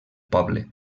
poble